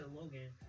Logan